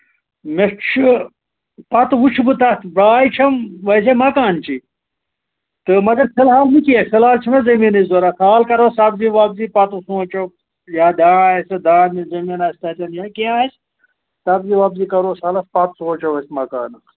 مےٚ چھُ پَتہٕ وُچھٕ بہٕ تَتھ راے چھَم ویسے مَکانچٕے تہٕ مَگر فِلحال نہٕ کیٚنٛہہ فِلحال چھِ مےٚ زٔمیٖنٕچ ضوٚرَتھ حال کرو سَبزۍ وَبزی پَتہٕ سونچَو یا دانہِ آسہِ دانہِ زٔمیٖن آسہِ تتہِ یا کیٚنہہ آسہِ سَبزی وَبزی کروہوس حالاہ پَتہٕ سونچَو أسۍ مَکانُک